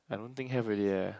I don't think have already eh